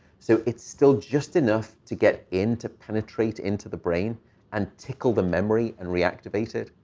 so it's still just enough to get in to penetrate into the brain and tickle the memory and reactivate it.